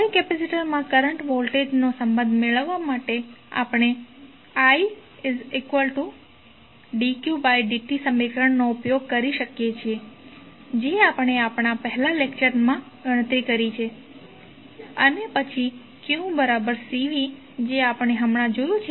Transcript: હવે કેપેસિટરમાં current voltage સંબંધ મેળવવા માટે આપણે id qd t સમીકરણનો ઉપયોગ કરી શકીએ છીએ જે આપણે આપણા પહેલા લેક્ચરમાં ગણતરી કરી છે અને પછીqCv જે આપણે હમણાં જોયું છે